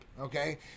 okay